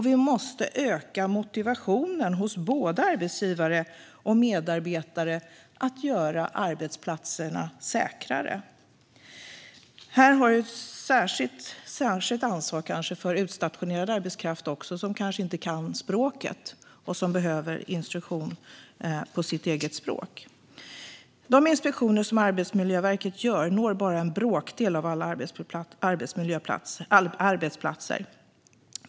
Vi måste öka motivationen hos både arbetsgivare och medarbetare att göra arbetsplatserna säkrare. Här har de ett särskilt ansvar för utstationerad arbetskraft som kanske inte kan språket och behöver instruktion på sitt eget språk. De inspektioner som Arbetsmiljöverket gör når bara en bråkdel av alla arbetsplatser.